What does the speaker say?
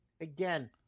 again